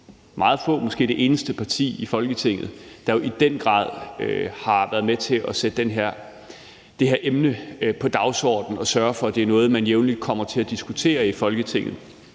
– eller måske det eneste parti – i Folketinget, der i den grad har været med til at sætte det her emne på dagsordenen og sørge for, at det er noget, man jævnligt kommer til at diskutere i Folketinget,